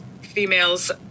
females